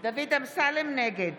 נגד